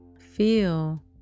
feel